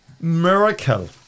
miracle